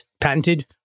patented